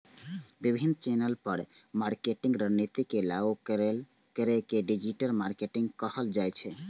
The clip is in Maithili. विभिन्न चैनल पर मार्केटिंग रणनीति के लागू करै के डिजिटल मार्केटिंग कहल जाइ छै